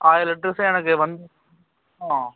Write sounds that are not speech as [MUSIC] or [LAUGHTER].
ஆயிரம் லிட்டர்ஸ்ஸும் எனக்கு வந் [UNINTELLIGIBLE]